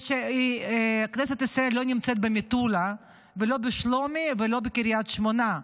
כנסת ישראל לא נמצאת במטולה ולא בשלומי ולא בקריית שמונה.